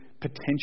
potential